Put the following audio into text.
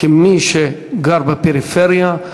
כמי שגר בפריפריה,